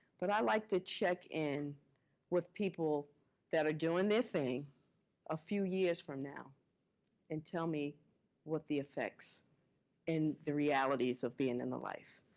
but i like to check in with people that are doing their thing a few years from now and tell me what the effects the realities of being in the life.